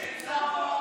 תודה.